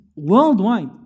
worldwide